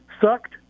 sucked